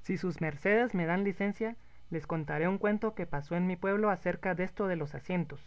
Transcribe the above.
si sus mercedes me dan licencia les contaré un cuento que pasó en mi pueblo acerca desto de los asientos